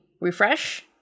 refresh